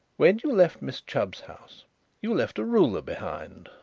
when you left miss chubb's house you left a ruler behind.